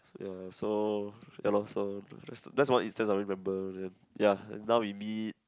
ya so ya lor so that's what I remember ya now we meet